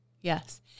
Yes